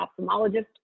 ophthalmologist